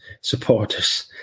supporters